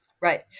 Right